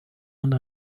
and